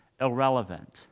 irrelevant